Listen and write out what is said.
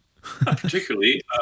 Particularly